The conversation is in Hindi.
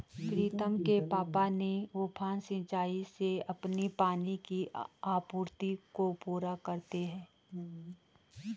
प्रीतम के पापा ने उफान सिंचाई से अपनी पानी की आपूर्ति को पूरा करते हैं